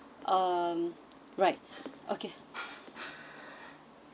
um right okay